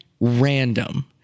random